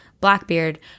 Blackbeard